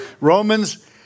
Romans